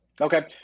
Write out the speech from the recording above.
okay